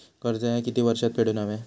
कर्ज ह्या किती वर्षात फेडून हव्या?